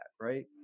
right